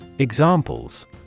Examples